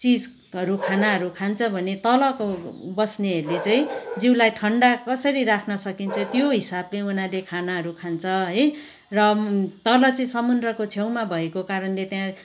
चिजहरू खानाहरू खान्छ भने तलको बस्नेहरूले चाहिँ जिउलाई ठण्डा कसरी राख्न सकिन्छ त्यो हिसाबले उनीहरूले खानाहरू खान्छ है र तल चाहिँ समुद्रको छेउमा भएको कारणले त्यहाँ